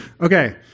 Okay